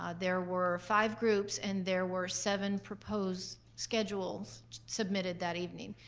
ah there were five groups and there were seven proposed schedules submitted that evening.